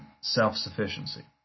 self-sufficiency